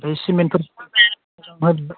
ओमफ्राय सिमेन्टफोर